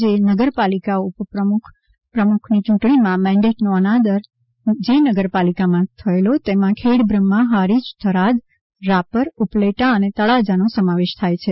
જે નગરપાલીકા પ્રમુખ ઉપ પ્રમુખ ની ચૂંટણી માં મેંડેટ નો અનાદર જે નગરપાલિકા માં થયેલો તેમાં ખેડબ્રહ્મા હારીજ થરાદ રાપર ઉપલેટા અને તળાજા નો સમાવેશ થાય છે